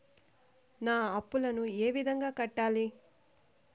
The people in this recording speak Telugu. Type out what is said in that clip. నా అప్పులను ఏ విధంగా కట్టాలి?